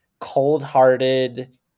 cold-hearted